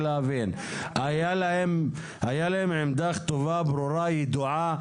הייתה להם עמדה כתובה, ברורה, ידועה?